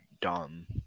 dumb